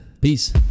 Peace